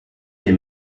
des